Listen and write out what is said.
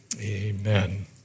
amen